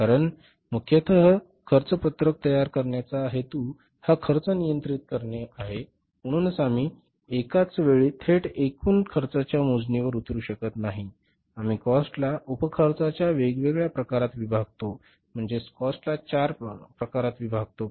कारण मुख्यतः खर्च पत्रक तयार करण्याचा हेतू हा खर्च नियंत्रित करणे आहे म्हणूनच आम्ही एकाच वेळी थेट एकूण खर्चाच्या मोजणीवर उतरू शकत नाही आम्ही कॉस्टला उप खर्चाच्या वेगवेगळ्या प्रकारात विभागतो म्हणजेच कॉस्टला चार प्रकारात विभागतो